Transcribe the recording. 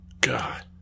God